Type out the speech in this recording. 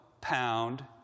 pound